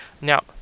Now